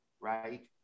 right